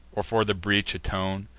or for the breach atone.